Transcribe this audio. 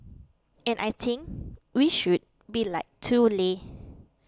and I think we should be like too leh